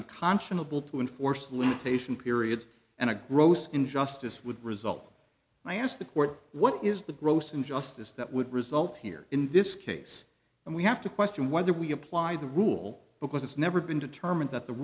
unconscionable to enforce limitation periods and a gross injustice would result i ask the court what is the gross injustice that would result here in this case and we have to question whether we apply the rule because it's never been determined that the